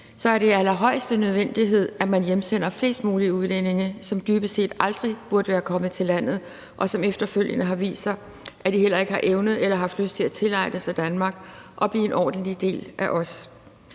er det af allerhøjeste nødvendighed, at man hjemsender flest mulige udlændinge, som dybest set aldrig burde være kommet til landet, og som efterfølgende har vist sig heller ikke at have evnet eller haft lyst til at tilegne sig Danmark og blive en ordentlig del af os.